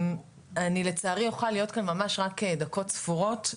אני לצערי אוכל להיות כאן ממש רק דקות ספורות.